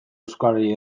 euskarari